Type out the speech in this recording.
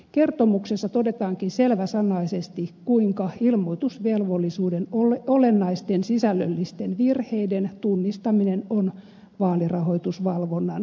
kertomuksessa todetaankin selväsanaisesti kuinka ilmoitusvelvollisuuden olennaisten sisällöllisten virheiden tunnistaminen on vaalirahoitusvalvonnan keskeisin haaste